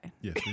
Yes